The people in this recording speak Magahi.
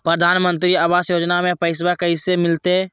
प्रधानमंत्री आवास योजना में पैसबा कैसे मिलते?